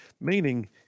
meaning